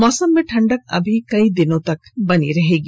मौसम में ठंडक अभी कई दिनों तक बनी रहेगी